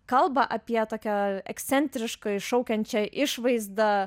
kalba apie tokią ekscentrišką iššaukiančią išvaizdą